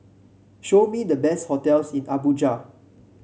show me the best hotels in Abuja